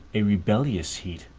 a rebellious heat,